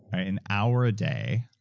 an hour a day.